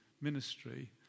ministry